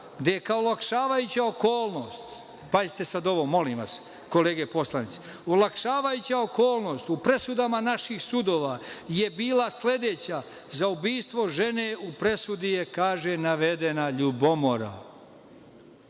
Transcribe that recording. gde je kao olakšavajuća okolnost, pazite sad ovo, kolege poslanici, u presudama naših sudova je bila sledeća: za ubistvo žene u presudi je, kaže, navedena ljubomora,